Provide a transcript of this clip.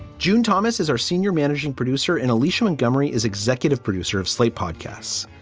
june thomas is our senior managing producer and alicia montgomery is executive producer of slate podcasts.